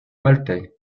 maltais